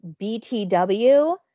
BTW